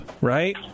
right